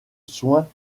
soin